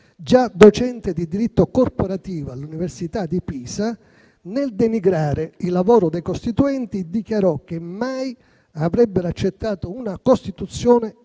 già docente di diritto corporativo all'Università di Pisa, nel denigrare il lavoro dei Costituenti, dichiarò che mai avrebbero accettato una Costituzione